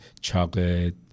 chocolate